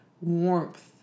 warmth